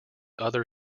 other